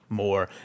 more